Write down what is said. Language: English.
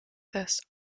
this